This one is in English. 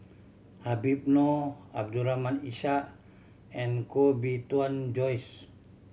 Habib Noh Abdul Rahim Ishak and Koh Bee Tuan Joyce